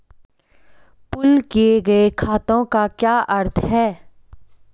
Pool किए गए खातों का क्या अर्थ है?